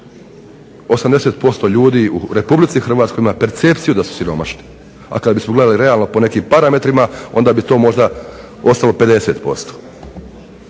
80% ljudi u RH ima percepciju da su siromašni, a kad bismo gledali realno po nekim parametrima onda bi to možda ostalo 50%.